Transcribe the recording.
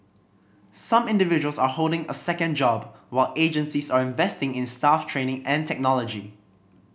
some individuals are holding a second job while agencies are investing in staff training and technology